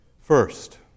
First